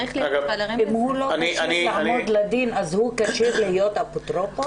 אם הוא לא כשיר לעמוד לדין אז הוא כשיר להיות אפוטרופוס?